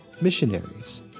missionaries